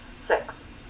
Six